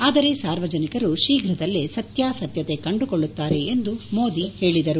ಆದರೆ ಸಾರ್ವಜನಿಕರು ಶೀಘ್ರದಲ್ಲೇ ಸತ್ಯಾಸತ್ಯತೆಯನ್ನು ಕಂಡುಕೊಳ್ಳುತ್ತಾರೆ ಎಂದು ಮೋದಿ ಹೇಳಿದರು